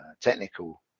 technical